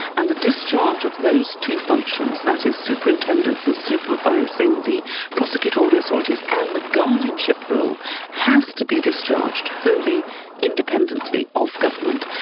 and the discharge of those two functions that is superintendence and supervising the prosecutorial authorities and the guardianship role has to be discharged wholly independently of government.